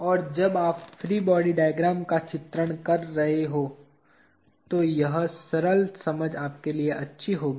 और जब आप फ्री बॉडी का चित्रण कर रहे हों तो यह सरल समझ आपके लिए अच्छी होगी